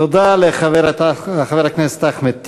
תודה לחבר הכנסת אחמד טיבי.